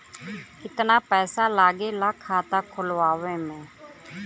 कितना पैसा लागेला खाता खोलवावे में?